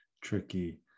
tricky